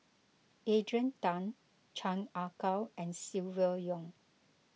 Adrian Tan Chan Ah Kow and Silvia Yong